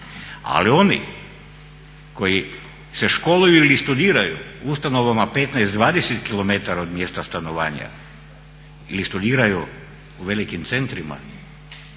Ali oni koji se školuju ili studiraju u ustanovama 15, 20 kilometara od mjesta stanovanja ili studiraju u velikim centrima